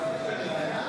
אינה נוכחת